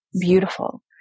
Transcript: beautiful